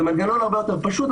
זה מנגנון הרבה יותר פשוט,